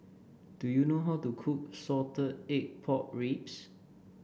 do you know how to cook Salted Egg Pork Ribs